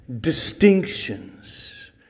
distinctions